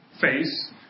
face